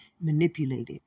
manipulated